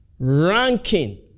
ranking